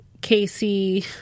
Casey